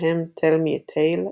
בהם "Tell Me A Tale",